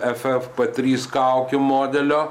ffp trys kaukių modelio